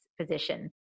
position